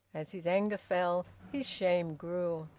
as his anger fell, his shame grew.